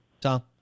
Tom